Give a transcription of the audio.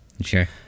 Sure